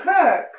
cook